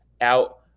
out